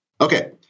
Okay